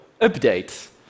update